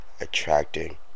attracting